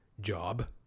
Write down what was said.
job